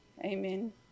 Amen